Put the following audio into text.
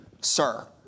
sir